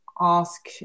ask